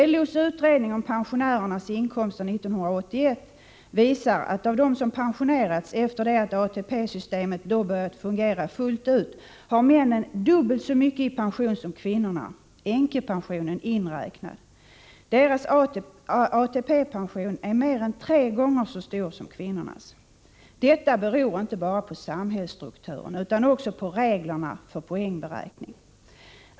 LO:s utredning om pensionärers inkomster 1981 visar att av dem som pensionerats efter det att ATP-systemet börjat fungera fullt ut har männen dubbelt så mycket i pension som kvinnorna, änkepensionen inräknad. Deras ATP-pension är mer än tre gånger så stor som kvinnornas. Detta beror inte bara på samhällsstrukturen utan också på reglerna för poängberäkning.